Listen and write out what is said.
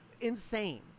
Insane